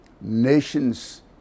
Nations